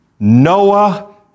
Noah